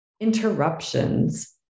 interruptions